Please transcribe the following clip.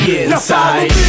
inside